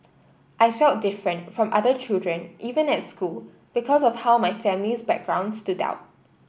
I felt different from other children even at school because of how my family's background stood out